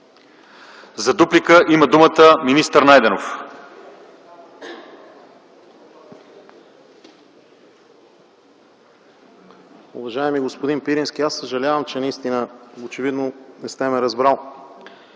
За дуплика има думата министър Найденов.